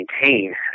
maintain